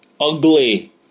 ugly